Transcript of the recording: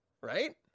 right